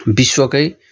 विश्वकै